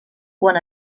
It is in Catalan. quan